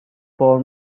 for